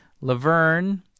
Laverne